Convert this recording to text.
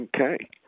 Okay